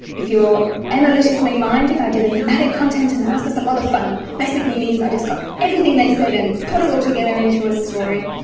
if you are analytically minded, i did a thematic content analysis, a lot of fun. it basically means i just got everything they said and put it all together into a story.